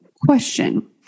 question